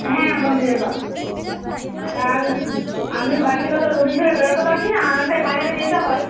হ্যাঁ মন্দিরের পাশে হ্যাঁ আমি আমি বাড়ি থেকে তো রুগী ছেড়ে বেরোতে পারছি না বাজারে যেতে হয়